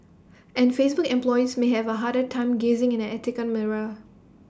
and Facebook employees may have A harder time gazing in an ethical mirror